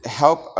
help